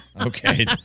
Okay